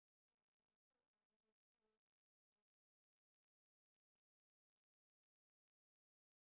and also on this plate there is this orange T-shirt long sleeve and green T-shirt long sleeve